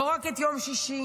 לא רק את יום שישי,